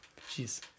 jeez